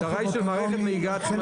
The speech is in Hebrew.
ההגדרה היא של מערכת נהיגה עצמאית.